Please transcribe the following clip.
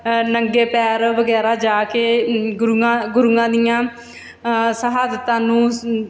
ਨੰਗੇ ਪੈਰ ਵਗੈਰਾ ਜਾ ਕੇ ਗੁਰੂਆਂ ਗੁਰੂਆਂ ਦੀਆਂ ਸ਼ਹਾਦਤਾਂ ਨੂੰ ਸ